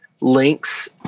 Links